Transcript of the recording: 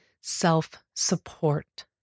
self-support